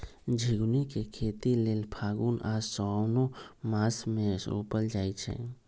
झिगुनी के खेती लेल फागुन आ साओंन मासमे रोपल जाइ छै